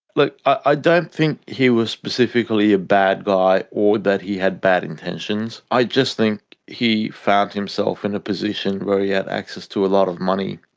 look, i don't think he was specifically a bad guy or that he had bad intentions. i just think he found himself in a position where he had access to a lot of money